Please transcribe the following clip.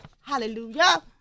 hallelujah